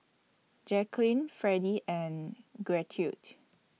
Jacquline Fredy and Gertrude